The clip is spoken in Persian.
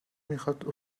میخواد